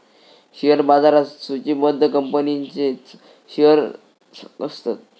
share बाजारात सुचिबद्ध कंपनींचेच शेअर्स असतत